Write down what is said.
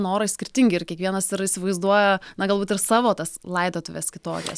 norai skirtingi ir kiekvienas yra įsivaizduoja na galbūt ir savo tas laidotuves kitokias